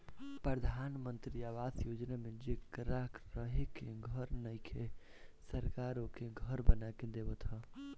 प्रधान मंत्री आवास योजना में जेकरा रहे के घर नइखे सरकार ओके घर बना के देवत ह